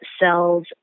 cells